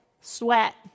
sweat